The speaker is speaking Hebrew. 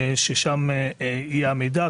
שם יהיה המידע.